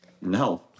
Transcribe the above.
No